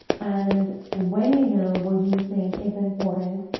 and when you know what you think is important,